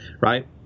right